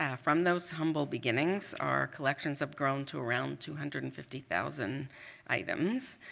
yeah from those humble beginnings, our collections have grown to around two hundred and fifty thousand items.